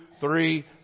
Three